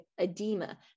edema